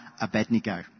Abednego